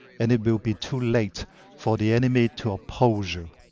and it will be too late for the enemy to oppose you.